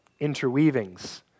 interweavings